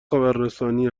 خبررسانی